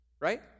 Right